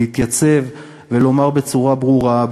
להתייצב ולומר בצורה ברורה,